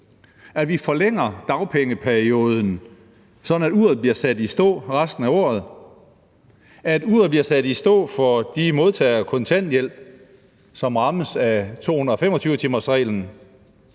stå resten af året; at uret bliver sat i stå for de modtagere af kontanthjælp, som rammes af 225-timersreglen;